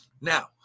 Now